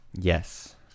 Yes